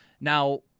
Now